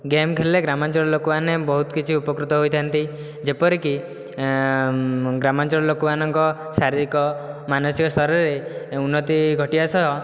game ଖେଳିଲେ ଗ୍ରାମାଞ୍ଚଳ ଲୋକମାନେ ବହୁତ କିଛି ଉପକୃତ ହୋଇଥାନ୍ତି ଯେପରିକି ଗ୍ରାମାଞ୍ଚଳ ଲୋକମାନଙ୍କ ଶାରୀରିକ ମାନସିକ ଶରୀରରେ ଉନ୍ନତି ଘଟିବା ସହ